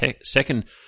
second